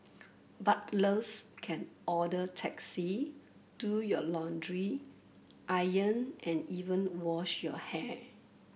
butlers can order taxi do your laundry iron and even wash your hair